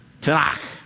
Tanakh